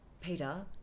Peter